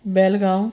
Belgaum